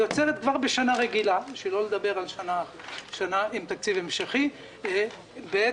יוצרת כבר בשנה רגילה שלא לדבר על שנה עם תקציב המשכי בעייתיות